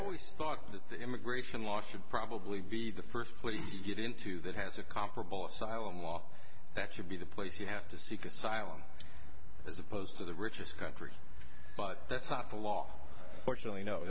always thought that immigration law should probably be the first place you get into that has a comparable style and walk that should be the place you have to seek asylum as opposed to the richest country but that's not the law fortunately no